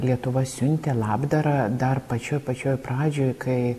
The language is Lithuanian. lietuva siuntė labdarą dar pačioj pačioj pradžioj kai